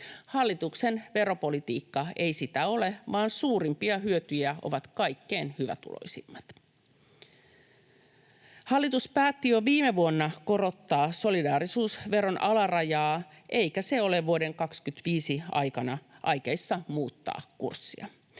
Hallituksen veropolitiikka ei sitä ole, vaan suurimpia hyötyjiä ovat kaikkein hyvätuloisimmat. Hallitus päätti jo viime vuonna korottaa solidaarisuusveron alarajaa, eikä se ole vuoden 25 aikana aikeissa muuttaa kurssia.